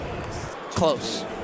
Close